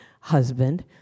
husband